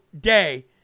day